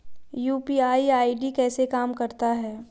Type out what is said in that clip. UPI ID कैसे काम करता है?